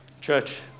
Church